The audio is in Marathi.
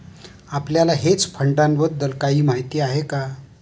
आपल्याला हेज फंडांबद्दल काही माहित आहे का?